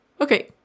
Okay